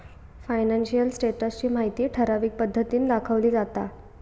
financial status ची माहिती ठराविक पद्धतीन दाखवली जाता